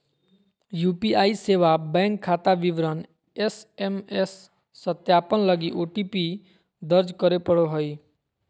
UPI सेवा bank खाता विवरण एस.एम.एस सत्यापन लगी ओ.टी.पी दर्ज करे पड़ो हइ